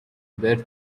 their